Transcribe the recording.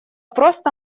просто